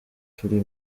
turi